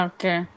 Okay।